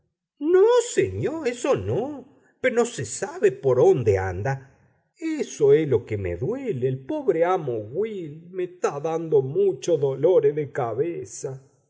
no señó eso no pero no se sabe por ónde anda eso é lo que me duele el pobre amo will m'etá dando mucho dolore de cabeza